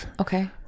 Okay